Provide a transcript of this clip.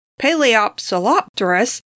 Paleopsilopterus